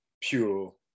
pure